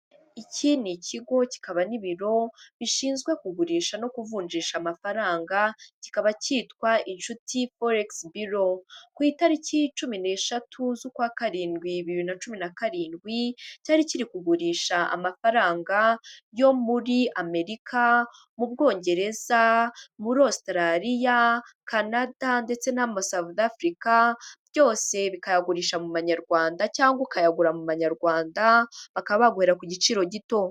Iki ni ikigo kikaba n'ibiro bishinzwe kugurisha no kuvunjisha amafaranga kikaba cyitwa Inshuti Folex Bureau ku itariki cumi n'eshatu z'ukwa karindwi bibiri na cumi na karindwi, cyari kiri kugurisha amafaranga yo muri Amerika, mu Bwongereza, muri Australia, Canada ndetse n'ama South Africa byose bikayagurisha mu banyarwanda cyangwa ukayagura mu manyarwanda bakaba baguhera ku giciro gito.